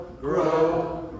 grow